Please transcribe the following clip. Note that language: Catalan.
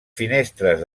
finestres